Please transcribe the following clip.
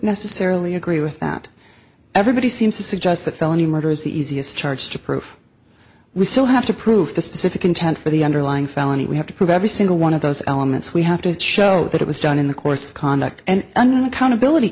necessarily agree with that everybody seems to suggest that felony murder is the easiest charge to prove we still have to prove the specific intent for the underlying felony we have to prove every single one of those elements we have to show that it was done in the course of conduct and unaccountability